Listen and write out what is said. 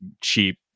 cheap